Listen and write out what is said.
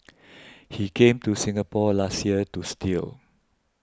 he came to Singapore last year to steal